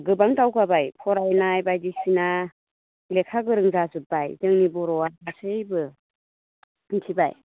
गोबां दावगाबाय फरायनाय बायदिसिना लेखा गोरों जाजोब्बाय जोंनि बर'आ गासैबो मिथिबाय